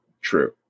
true